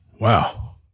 Wow